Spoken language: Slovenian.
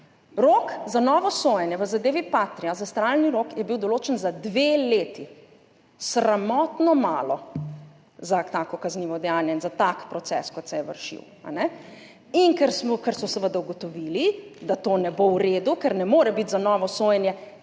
Rok za novo sojenje v zadevi Patria, zastaralni rok je bil določen za dve leti. Sramotno malo za tako kaznivo dejanje in za tak proces, kot se je vršil. In ker so seveda ugotovili, da to ne bo v redu, ker ne more biti za novo sojenje